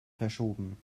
verschoben